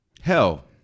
hell